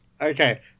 okay